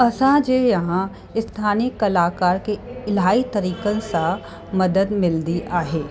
असांजे यहां स्थानीय कलाकार खे इलाही तरीक़नि सां मदद मिलंदी आहे